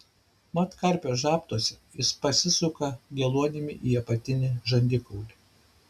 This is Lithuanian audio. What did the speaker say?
mat karpio žabtuose jis pasisuka geluonimi į apatinį žandikaulį